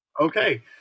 okay